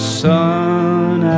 sun